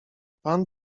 pan